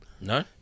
No